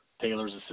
Taylor's